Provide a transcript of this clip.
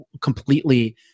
completely